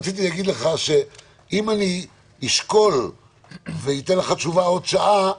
רציתי להגיד לך שאם אני אשקול ואתן לך תשובה עוד שעה,